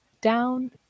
down